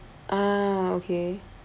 ah okay